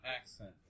accent